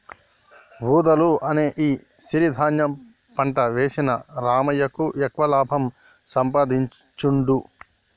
వూదలు అనే ఈ సిరి ధాన్యం పంట వేసిన రామయ్యకు ఎక్కువ లాభం సంపాదించుడు